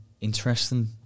interesting